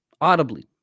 audibly